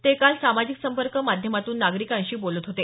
ते काल सामाजिक संपर्क माध्यमातून नागरिकांशी बोलत होते